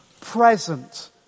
present